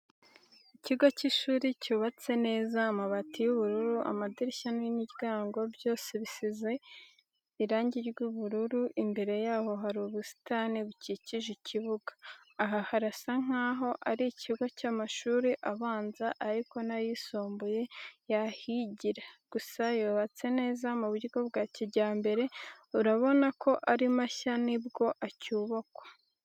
Ikigo cy'ishuri cyubatse neza amabati y'ubururu, amadirishya n'imiryango byose bisize amabati y'bururu, imbere yaho hari ubusitani bukikije ikibuga. Aha harasa nkaho ari ikigo cy'amashuri abanza ariko n'ayisumbuye yahigira, gusa yubatse neza mu buryo bwa kijyambere urabona ko ari mashya ni bwo acyubakwa.